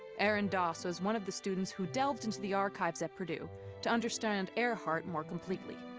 erin doss was one of the students who delved into the archives at purdue to understand earhart more completely.